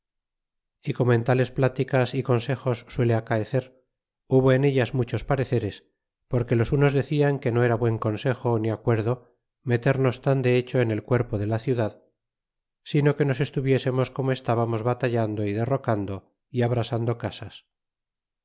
y como en tales plticasy consejos suele acaecer hubo en ellas muchos pareceres porque los unos decian que no era buen consejo ni acuerdo meternos tan de hecho en el cuerpo de la ciudad sino que nos estuviésemos como estába mos batallando y derrocando y abrasando casas